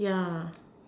yeah